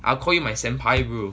I'll call you my senpai bro